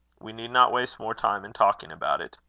we need not waste more time in talking about it.